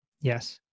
Yes